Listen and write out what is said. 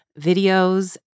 videos